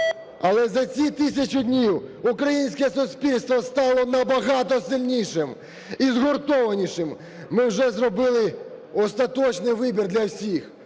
Але за ці 1000 днів українське суспільство стало набагато сильнішим і згуртованішим. Ми вже зробили остаточний вибір для всіх: